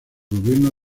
gobierno